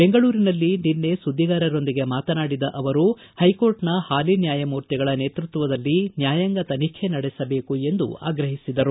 ಬೆಂಗಳೂರಿನಲ್ಲಿ ನಿನ್ನೆ ಸುದ್ದಿ ಗಾರರೊಂದಿಗೆ ಮಾತನಾಡಿದ ಅವರು ಹೈಕೋರ್ಟ್ನ ಹಾಲಿ ನ್ನಾಯಮೂರ್ತಿಯ ನೇತೃತ್ವದಲ್ಲಿ ನ್ನಾಯಾಂಗ ತನಿಖೆ ನಡೆಯಬೇಕುಎಂದು ಆಗ್ರಹಿಸಿದರು